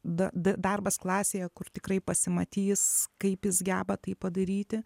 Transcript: darbas klasėje kur tikrai pasimatys kaip jis geba tai padaryti